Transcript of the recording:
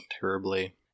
terribly